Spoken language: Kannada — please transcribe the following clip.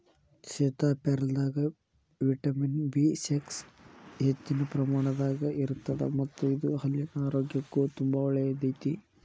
ಸೇತಾಪ್ಯಾರಲದಾಗ ವಿಟಮಿನ್ ಬಿ ಸಿಕ್ಸ್ ಹೆಚ್ಚಿನ ಪ್ರಮಾಣದಾಗ ಇರತ್ತದ ಮತ್ತ ಇದು ಹಲ್ಲಿನ ಆರೋಗ್ಯಕ್ಕು ತುಂಬಾ ಒಳ್ಳೆಯದೈತಿ